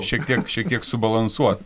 šiek tiek šiek tiek subalansuot